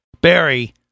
barry